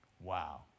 Wow